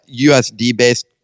USD-based